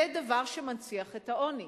זה דבר שמנציח את העוני,